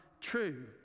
true